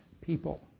people